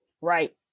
Right